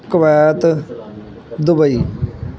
Kuwait Dubai